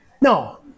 No